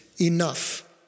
Enough